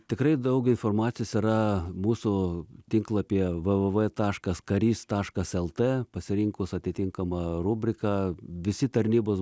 tikrai daug informacijos yra mūsų tinklapyje vvv taškas karys taškas lt pasirinkus atitinkamą rubriką visi tarnybos